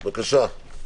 בבקשה.